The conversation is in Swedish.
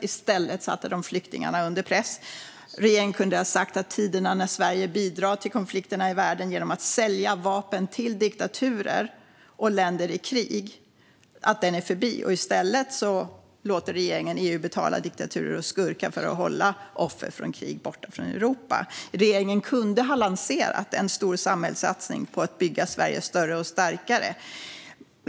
I stället satte den flyktingarna under press. Regeringen kunde ha sagt att tiden när Sverige bidrar till konflikterna i världen genom att sälja vapen till diktaturer och länder i krig är förbi. I stället låter regeringen EU betala diktaturer och skurkar för att hålla offer för krig borta från Europa. Regeringen kunde ha lanserat en stor samhällssatsning på att bygga Sverige större och starkare.